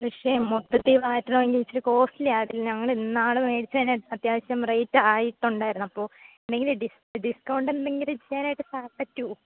പക്ഷേ മൊത്തത്തിൽ മാറ്റണമെങ്കിൽ ഇത്തിരി കോസ്റ്റ്ലി ആകില്ലേ ഞങ്ങൾ ഇന്നാൾ മേടിച്ചതിന് അത്യാവശ്യം റേറ്റ് ആയിട്ടുണ്ടായിരുന്നു അപ്പോൾ എന്തെങ്കിലും ഡിസ് ഡിസ്കൗണ്ട് എന്തെങ്കിലും ചെയ്യാനായിട്ട് സാ പറ്റുമോ